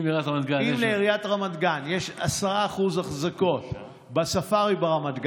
אם לעיריית רמת גן יש 10% אחזקות בספארי ברמת גן,